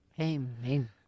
Amen